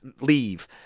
leave